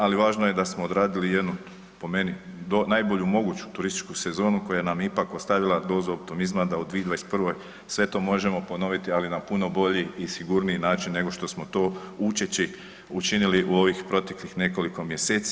Ali važno je da smo odradili jednu po meni najbolju moguću turističku sezonu koja nam je ipak ostavila dozu optimizma da u 2021. sve to možemo ponoviti, ali na puno bolji i sigurniji način nego što smo to učeći učinili u ovih proteklih nekoliko mjeseci.